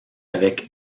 avec